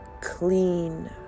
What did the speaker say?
clean